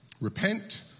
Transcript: repent